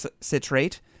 citrate